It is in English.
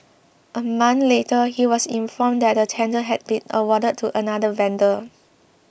a month later he was informed that the tender had been awarded to another vendor